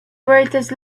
greatest